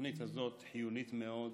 התוכנית הזאת חיונית מאוד,